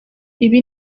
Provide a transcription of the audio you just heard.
ibi